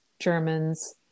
Germans